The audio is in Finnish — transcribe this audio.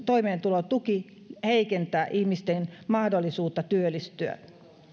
toimeentulotuki heikentää ihmisten mahdollisuutta työllistyä